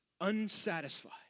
unsatisfied